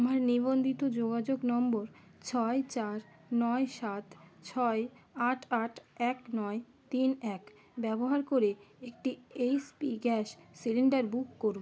আমার নিবন্ধিত যোগাযোগ নম্বর ছয় চার নয় সাত ছয় আট আট এক নয় তিন এক ব্যবহার করে একটি এইচপি গ্যাস সিলিন্ডার বুক করুন